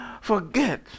Forget